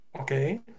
Okay